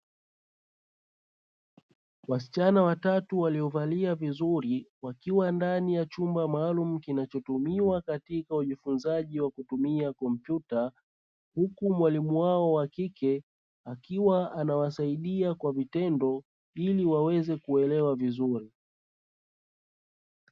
Wasichana watatu waliovalia vizuri wakiwa ndani ya chumba maalumu kinachotumiwa katika ujifunzaji wa kutumia kompyuta, huku mwalimu wao wa kike akiwa anawasaidia kwa vitendo ili waweze kuelewa vizuri.